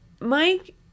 mike